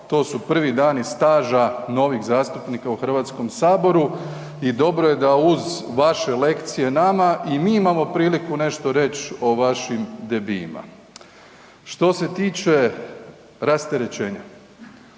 to su prvi dani staža novih zastupnika u HS-u i dobro je da uz vaše lekcije nama i mi imamo priliku nešto reći o vašim debijima. Što se tiče rasterećenja,